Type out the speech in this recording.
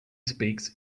speaks